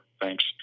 Thanks